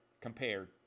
compared